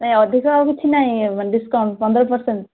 ନାଇଁ ଅଧିକ ଆଉ କିଛି ନାହିଁ ମାନେ ଡିସକାଉଣ୍ଟ୍ ପନ୍ଦର ପରସେଣ୍ଟ୍